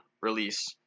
release